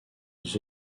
aux